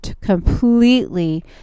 completely